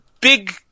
big